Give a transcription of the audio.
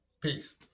Peace